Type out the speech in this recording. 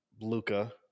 Luca